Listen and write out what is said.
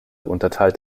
unterteilt